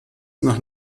nach